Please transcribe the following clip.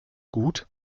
gut